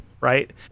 right